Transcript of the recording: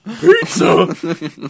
pizza